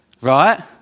right